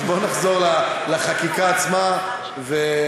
אז בוא נחזור לחקיקה עצמה ונתקדם.